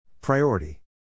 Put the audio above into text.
Priority